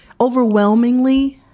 overwhelmingly